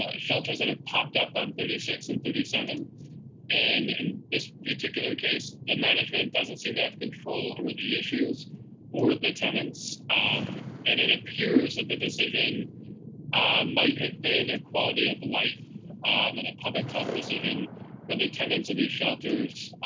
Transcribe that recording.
ah shelters that have popped up on thirty six and thirty seven. and in this particular case, the management doesn't seem to have control over the issues or the tenants and it appears that the decision might have been a quality of life and a public health decision for the tenants of the shelters.